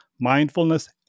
mindfulness